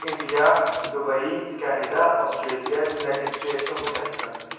India Dubai Canada Australia United States of America